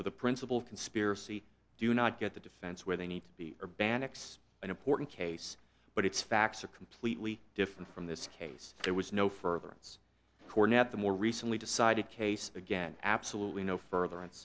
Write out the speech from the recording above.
for the principle of conspiracy do not get the defense where they need to be or ban x an important case but it's facts are completely different from this case there was no further its coronet the more recently decided case again absolutely no further